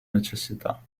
necessità